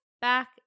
back